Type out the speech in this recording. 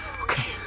okay